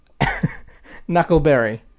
Knuckleberry